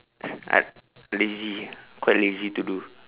I lazy quite lazy to do